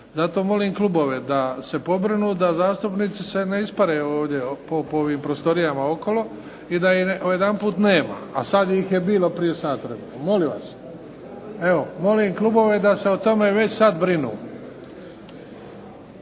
Zato molim klubove da se pobrinu da zastupnici se ne ispare ovdje po ovim prostorijama okolo, i da ih najedanput nema, a sad ih je bilo prije sat vremena. Molim vas. Evo molim klubove da se o tome već sad brinu.